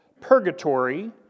purgatory